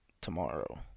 tomorrow